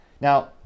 Now